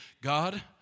God